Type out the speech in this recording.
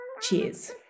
Cheers